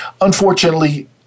Unfortunately